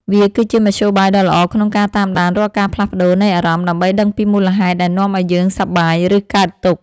វាគឺជាមធ្យោបាយដ៏ល្អក្នុងការតាមដានរាល់ការផ្លាស់ប្តូរនៃអារម្មណ៍ ដើម្បីដឹងពីមូលហេតុដែលនាំឱ្យយើងសប្បាយ ឬកើតទុក្ខ។